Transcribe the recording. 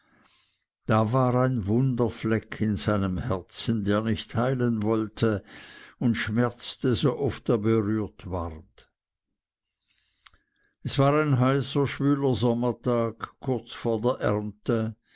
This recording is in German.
da war ein wunder fleck in seinem herzen der nicht heilen wollte und schmerzte so oft er berührt ward es war ein heißer schwüler sommertag kurz vor der ernte